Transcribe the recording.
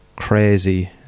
crazy